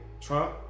Trump